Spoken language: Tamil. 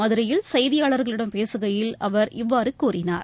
மதுரையில் செய்தியாளர்களிடம் பேசுகையில் அவர் இவ்வாறு கூறினார்